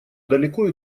далеко